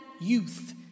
youth